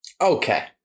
Okay